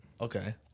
Okay